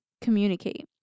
communicate